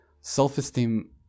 self-esteem